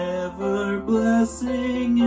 ever-blessing